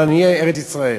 על עניי ארץ-ישראל.